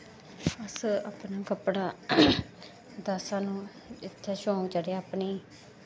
अस अपना कपड़ा दा सानूं इत्थै शौंक चढ़ेआ अपनी